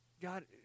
God